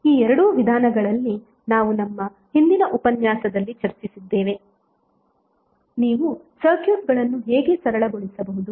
ಈ ಎರಡು ವಿಧಾನಗಳಲ್ಲಿ ನಾವು ನಮ್ಮ ಹಿಂದಿನ ಉಪನ್ಯಾಸದಲ್ಲಿ ಚರ್ಚಿಸಿದ್ದೇವೆ ನೀವು ಸರ್ಕ್ಯೂಟ್ಗಳನ್ನು ಹೇಗೆ ಸರಳಗೊಳಿಸಬಹುದು